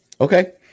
okay